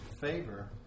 favor